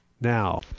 now